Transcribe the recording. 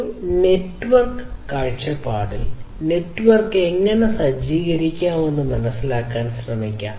ഒരു നെറ്റ്വർക്ക് കാഴ്ചപ്പാടിൽ നെറ്റ്വർക്ക് എങ്ങനെ സജ്ജീകരിക്കാമെന്ന് മനസിലാക്കാൻ ശ്രമിക്കാം